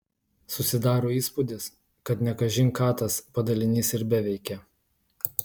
susidaro įspūdis kad ne kažin ką tas padalinys ir beveikė